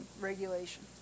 regulation